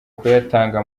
kuyatanga